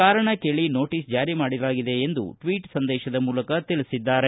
ಕಾರಣ ಕೇಳಿ ನೋಟಸ್ ಜಾರಿ ಮಾಡಲಾಗಿದೆ ಎಂದು ಟ್ವೀಟ್ ಸಂದೇಶದ ಮೂಲಕ ತಿಳಿಸಿದ್ದಾರೆ